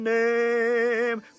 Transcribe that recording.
name